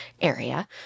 area